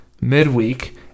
midweek